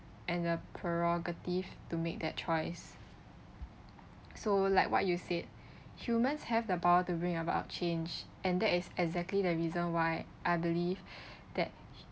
and the prerogative to make that choice so like what you said humans have the power to bring about change and that is exactly the reason why I believe that